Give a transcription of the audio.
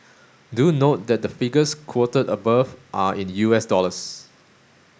do note that the figures quoted above are in U S dollars